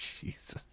Jesus